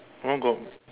one got